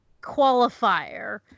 qualifier